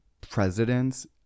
presidents